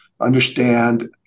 Understand